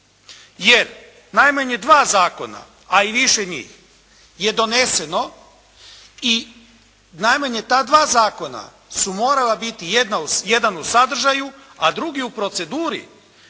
Jer, najmanje dva zakona a i više njih je doneseno i najmanje ta dva zakona su morala biti jedan o sadržaju a drugi u proceduri